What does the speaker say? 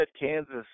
Kansas